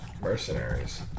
Mercenaries